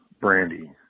Brandy